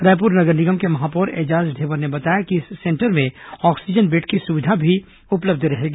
रायपुर नगर निगम के महापौर एजाज ढेबर ने बताया कि इस सेंटर में ऑक्सीजन बेड की सुविधा भी उपलब्ध होगी